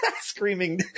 screaming